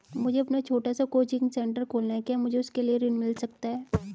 मुझे अपना छोटा सा कोचिंग सेंटर खोलना है क्या मुझे उसके लिए ऋण मिल सकता है?